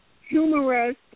humorous